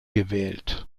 gewählt